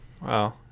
Wow